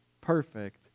perfect